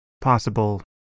possible